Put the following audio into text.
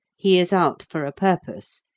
he is out for a purpose,